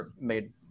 made